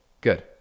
good